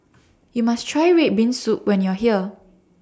YOU must Try Red Bean Soup when YOU Are here